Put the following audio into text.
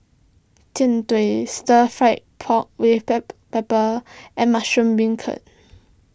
Jian Dui Stir Fried Pork with Black Pepper and Mushroom Beancurd